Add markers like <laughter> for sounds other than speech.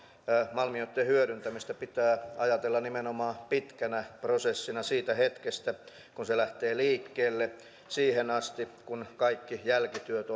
malmioitten hyödyntämistä pitää ajatella nimenomaan pitkänä prosessina siitä hetkestä kun se lähtee liikkeelle siihen asti kun kaikki jälkityöt <unintelligible>